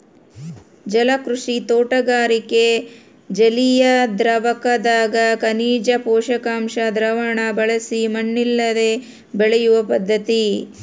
ಜಲಕೃಷಿ ತೋಟಗಾರಿಕೆ ಜಲಿಯದ್ರಾವಕದಗ ಖನಿಜ ಪೋಷಕಾಂಶ ದ್ರಾವಣ ಬಳಸಿ ಮಣ್ಣಿಲ್ಲದೆ ಬೆಳೆಯುವ ಪದ್ಧತಿ